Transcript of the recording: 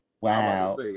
Wow